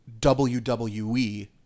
wwe